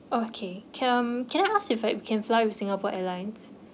okay can can I ask if I can fly with singapore airlines